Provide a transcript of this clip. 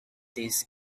this